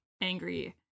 angry